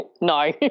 No